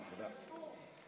שאסור,